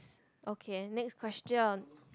okay next question